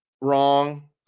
wrong